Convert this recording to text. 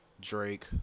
Drake